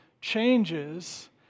changes